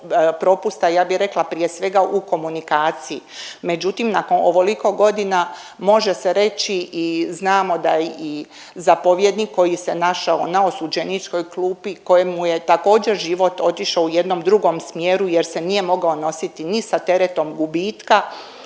ja bi rekla prije svega u komunikaciji, međutim nakon ovoliko godina može se reći i znamo da i zapovjednik koji se našao na osuđeničkoj klupi i kojemu je također život otišao u jednom drugom smjeru jer se nije mogao nositi ni sa teretom gubitka,